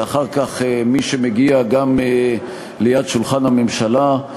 ואחר כך מי שמגיע גם ליד שולחן הממשלה,